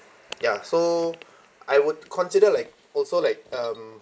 ya so I would consider like also like um